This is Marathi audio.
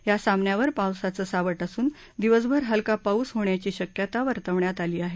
या सामन्यावर पावसाचं सावट असून दिवसभर हलका पाऊस होण्याची शक्यता वर्तवण्यात आली आहे